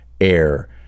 air